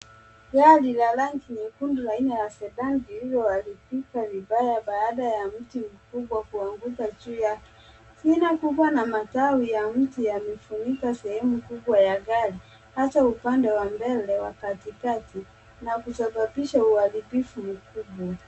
Gari la rangi nyekundu la aina ya sedan lililoharibika vibaya baada ya mti mkubwa kuanguka juu yake. Shina kubwa na matawi ya mti yamefunika sehemu kubwa ya gari hasa upande wa mbele , wa katikati na kusababisha uharibifu mkubwa.